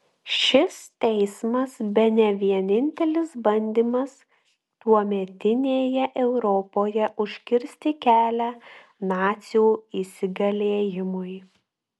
šis teismas bene vienintelis bandymas tuometinėje europoje užkirsti kelią nacių įsigalėjimui